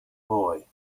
boy